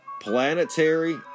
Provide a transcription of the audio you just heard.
Planetary